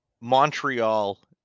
Montreal